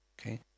Okay